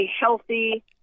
healthy